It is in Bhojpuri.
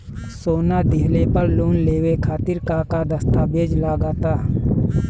सोना दिहले पर लोन लेवे खातिर का का दस्तावेज लागा ता?